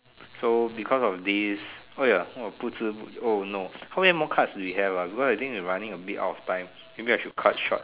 so because of this oh ya 我不知 oh no how many more cuts do we have ah because I think we are running a bit out of time maybe I should cut short